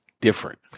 different